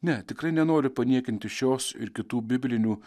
ne tikrai nenoriu paniekinti šios ir kitų biblinių